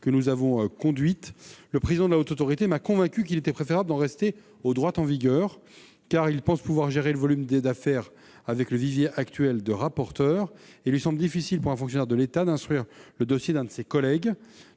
mes auditions ; mais le président de la HATVP m'a convaincu qu'il était préférable d'en rester au droit en vigueur, car il pense pouvoir gérer le volume des affaires avec le vivier actuel de rapporteurs. Il nous semble difficile pour un fonctionnaire de l'État d'instruire le dossier d'un de ses collègues.